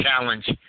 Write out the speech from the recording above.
challenge